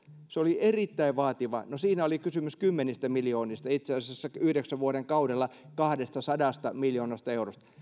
se oli erittäin vaativa no siinä oli kysymys kymmenistä miljoonista itse asiassa yhdeksän vuoden kaudella kahdestasadasta miljoonasta eurosta